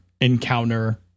encounter